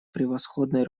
превосходное